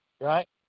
right